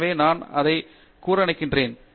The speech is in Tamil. எனவே நான் அதை மூடிவிடுவேன் என்று நினைக்கிறேன்